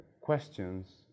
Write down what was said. questions